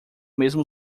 mesmo